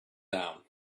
down